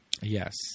Yes